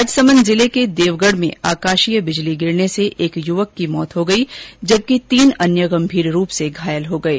राजसमंद जिले के देवगढ में आकाशीय बिजली गिरने से एक युवक की मौत हो गई जबकि तीन गंभीर रूप से घायल हो गये